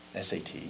SAT